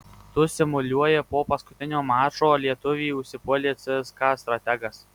tu simuliuoji po paskutinio mačo lietuvį užsipuolė cska strategas